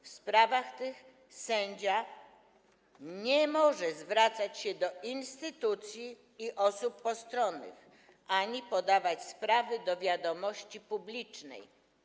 W sprawach tych sędzia nie może zwracać się do instytucji ani osób postronnych ani podawać sprawy do wiadomości publicznej.